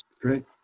Great